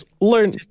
learn